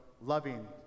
loving